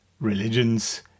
religions